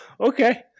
Okay